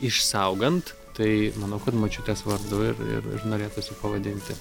išsaugant tai manau kad močiutės vardu ir ir ir norėtųsi pavadinti